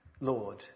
Lord